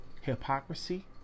hypocrisy